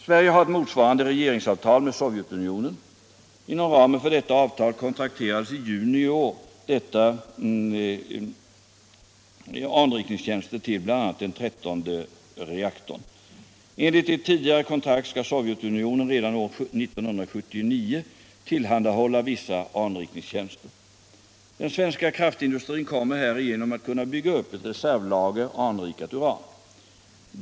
Sverige har ett motsvarande regeringsavtal med Sovjetunionen. Inom ramen för detta avtal kontrakterades i juni detta år anrikningstjänster till bl.a. den trettonde reaktorn. Enligt ett tidigare kontrakt skall Sovjetunionen redan år 1979 tillhandahålla vissa anrikningstjänster. Den svenska kraftindustrin kommer härigenom att kunna bygga upp ett reservlager anrikat uran.